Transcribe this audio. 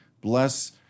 bless